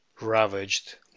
ravaged